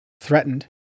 threatened